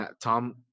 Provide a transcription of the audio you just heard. Tom